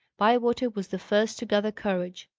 bywater was the first to gather courage.